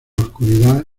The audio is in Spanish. oscuridad